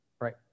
right